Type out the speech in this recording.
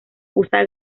usa